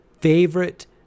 favorite